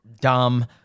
Dumb